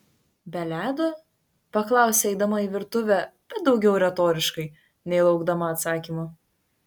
be ledo paklausė eidama į virtuvę bet daugiau retoriškai nei laukdama atsakymo